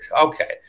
Okay